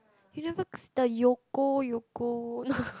you never the yoko yoko no